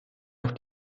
doch